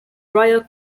dryer